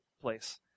place